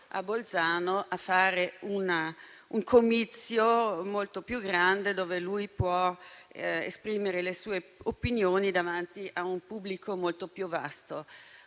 a Bolzano a fare un comizio molto più grande, dove potrà esprimere le sue opinioni davanti a un pubblico molto più vasto.